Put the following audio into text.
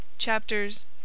Chapters